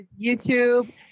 YouTube